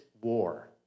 War